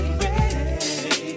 ready